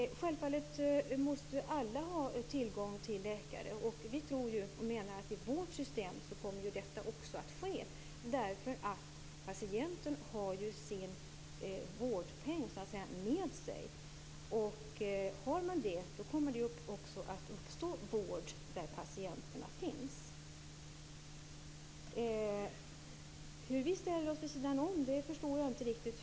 Självfallet måste alla ha tillgång till läkare. Vi menar att med vårt system kommer detta också att vara möjligt, därför att patienten har ju sin vårdpeng med sig. Med vårdpengen kommer det att uppstå vård där patienterna finns. Jag förstår inte hur Hans Karlsson menar att vi ställer oss vid sidan om i det här sammanhanget.